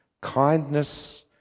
Kindness